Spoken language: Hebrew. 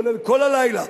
כולל כל הלילה,